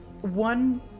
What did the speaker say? one